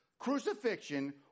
crucifixion